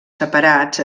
separats